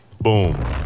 boom